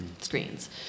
screens